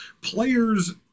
players